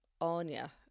Anya